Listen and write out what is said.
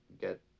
get